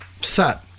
set